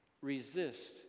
resist